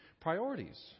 priorities